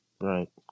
Right